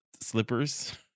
slippers